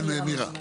כן, מירה.